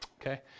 Okay